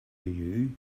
you